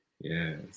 Yes